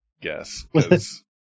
guess